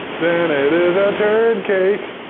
then it is ah a turd cake.